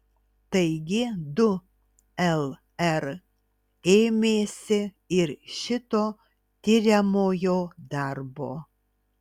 taigi du lr ėmėsi ir šito tiriamojo darbo